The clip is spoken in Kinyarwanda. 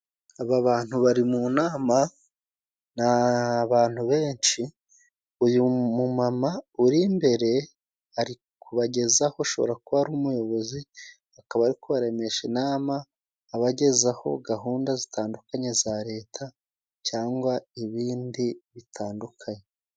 Aba bantu bari mu nama ni abantu benshi, uyu mumama uri imbere ari kubagezaho ashobora kuba ari umuyobozi akaba ari kubaremesha inama, abagezaho gahunda zitandukanye za leta cyangwa ibindi bitandukanye.